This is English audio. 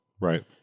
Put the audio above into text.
Right